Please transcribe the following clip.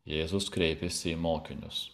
jėzus kreipėsi į mokinius